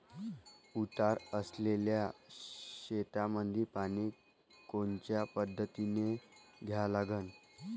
उतार असलेल्या शेतामंदी पानी कोनच्या पद्धतीने द्या लागन?